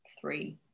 three